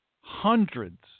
Hundreds